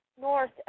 north